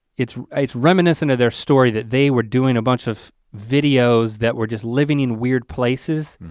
it's it's reminiscent of their story that they were doing a bunch of videos that were just living in weird places,